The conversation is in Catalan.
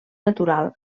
natural